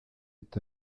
est